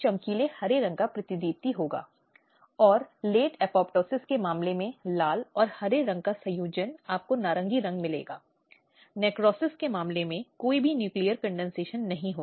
जब नाबालिगों का बलात्कार करने या विशेष रूप से बाल यौन शोषण की बात आती है